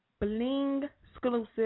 Bling-exclusive